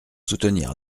soutenir